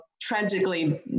tragically